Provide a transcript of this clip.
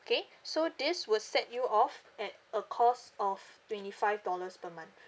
okay so this will set you off at a cost of twenty five dollars per month